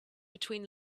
between